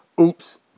oops